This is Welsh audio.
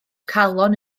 calon